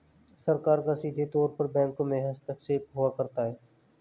सरकार का सीधे तौर पर बैंकों में हस्तक्षेप हुआ करता है